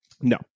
no